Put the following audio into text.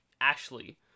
Ashley